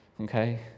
okay